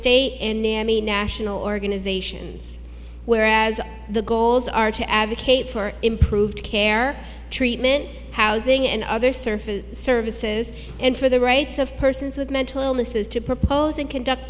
state and mammy national organizations whereas the goals are to advocate for improved care treatment housing and other surface services and for the rights of persons with mental illnesses to propose and conduct